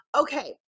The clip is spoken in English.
Okay